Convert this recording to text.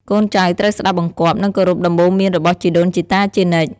កូនចៅត្រូវស្ដាប់បង្គាប់ និងគោរពដំបូន្មានរបស់ជីដូនជីតាជានិច្ច។